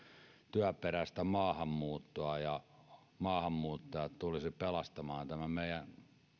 työperäistä maahanmuuttoa ja maahanmuuttajat tulisivat pelastamaan tämän meidän